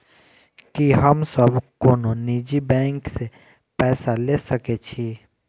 की हम सब कोनो निजी बैंक से पैसा ले सके छी?